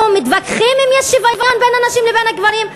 אנחנו מתווכחים אם יש שוויון בין הנשים לבין הגברים?